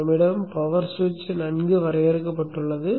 நம்மிடம் பவர் சுவிட்ச் நன்கு வரையறுக்கப்பட்டுள்ளது